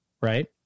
right